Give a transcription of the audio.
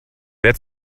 wer